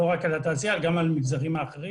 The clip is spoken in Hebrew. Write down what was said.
רק על התעשייה אלא גם על מגזרים אחרים